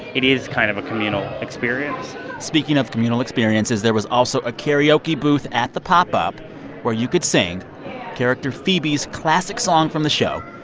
it is kind of a communal experience speaking of communal experiences, there was also a karaoke booth at the pop-up where you could sing character phoebe's classic song from the show,